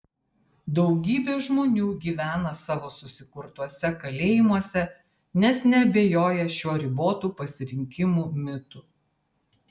daugybė žmonių gyvena savo susikurtuose kalėjimuose nes neabejoja šiuo ribotų pasirinkimų mitu